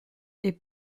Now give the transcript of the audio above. est